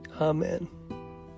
Amen